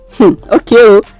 Okay